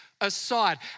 aside